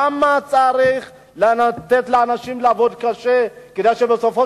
למה צריך לתת לאנשים לעבוד קשה כדי שבסופו